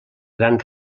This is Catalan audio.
gran